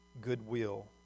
Goodwill